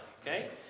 Okay